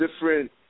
different